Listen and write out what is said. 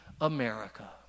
America